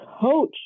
coach